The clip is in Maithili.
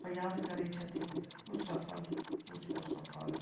प्रयास करैत छथिन किछु सफल किछु असफल